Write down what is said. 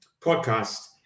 podcast